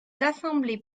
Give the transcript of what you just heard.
assemblées